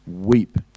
weep